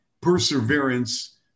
perseverance